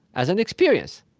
as an experience.